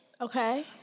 Okay